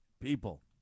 people